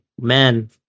man